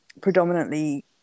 predominantly